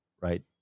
right